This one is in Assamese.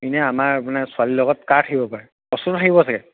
এনে আমাৰ মানে ছোৱালীৰ লগত কাক পাৰে অচ্য়ুত আহিব চাগে